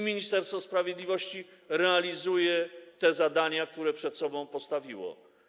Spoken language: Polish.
Ministerstwo Sprawiedliwości realizuje zadania, które przed sobą postawiło.